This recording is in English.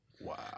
Wow